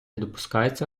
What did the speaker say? допускається